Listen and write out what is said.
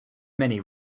many